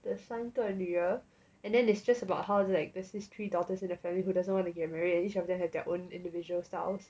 的三个女儿 and then it's just about how it's like there's this three daughters in the family who doesn't want to get married and each of them have their own individual styles